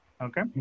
Okay